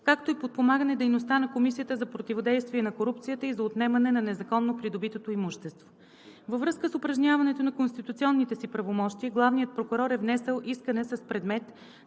както и подпомагане дейността на Комисията за противодействие на корупцията и за отнемане на незаконно придобитото имущество. Във връзка с упражняването на конституционните си правомощия главният прокурор е внесъл искане с предмет: